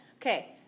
okay